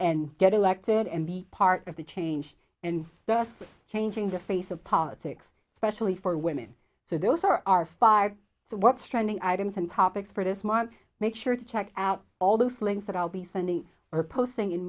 and get elected and be part of the change and thus changing the face of politics especially for women so those are our five so what's trending items and topics for this month make sure to check out all those links that i'll be sending or posting in